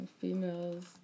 females